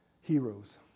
Heroes